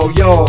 yo